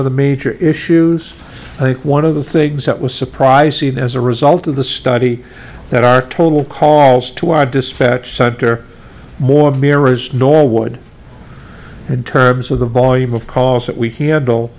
of the major issues i think one of the things that was surprising as a result of the study that our total calls to our dispatch center more mirrors nor would in terms of the volume of calls that we can handle